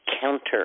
counter